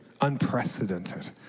unprecedented